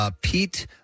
Pete